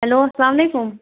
hello السلام علیکُم